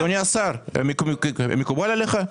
אדוני השר, זה מקובל עליך?